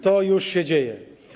To już się dzieje.